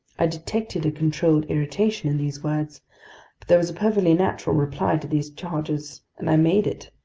i detected controlled irritation in these words. but there was a perfectly natural reply to these charges, and i made it.